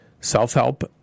self-help